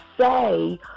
say